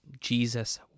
Jesus